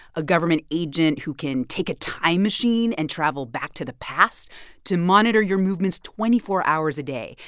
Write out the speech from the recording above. a government agent who can take a time machine and travel back to the past to monitor your movements twenty four hours a day,